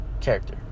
character